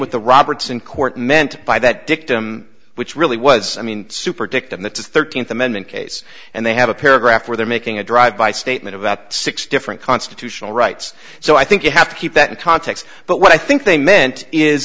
what the roberts in court meant by that dictum which really was i mean super dictum the thirteenth amendment case and they have a paragraph where they're making a drive by statement about six different constitutional rights so i think you have to keep that in context but what i think they meant is